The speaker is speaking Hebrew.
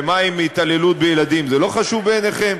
ומה עם התעללות בילדים, זה לא חשוב בעיניכם?